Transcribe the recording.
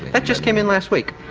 that just came in last week.